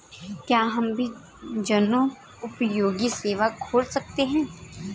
क्या हम भी जनोपयोगी सेवा खोल सकते हैं?